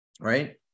Right